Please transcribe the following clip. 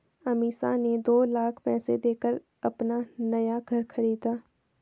अमीषा ने दो लाख पैसे देकर अपना नया घर खरीदा